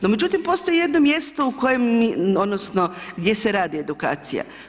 No međutim postoji jedno mjesto u kojem, odnosno gdje se radi edukacija.